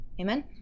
Amen